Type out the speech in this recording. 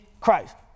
Christ